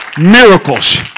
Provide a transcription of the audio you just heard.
miracles